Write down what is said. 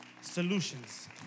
solutions